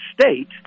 state